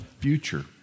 future